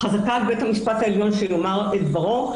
חזקה על בית המשפט העליון שיאמר את דברו.